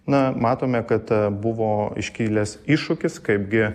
na matome kad buvo iškilęs iššūkis kaipgi